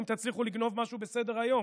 אם תצליחו לגנוב משהו בסדר-היום,